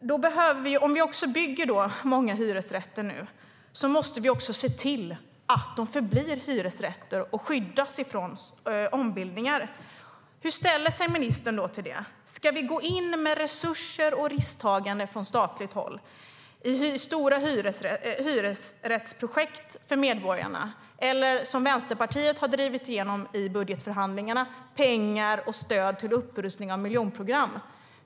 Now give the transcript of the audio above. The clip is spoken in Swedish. Om vi bygger många hyresrätter nu måste vi också se till att de förblir hyresrätter och skyddas från ombildningar. Hur ställer sig ministern till det? Ska vi gå in med resurser och risktagande från statligt håll i stora hyresrättsprojekt för medborgarna eller, som Vänsterpartiet har drivit igenom i budgetförhandlingarna, pengar och stöd till upprustning av miljonprogram?